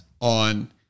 on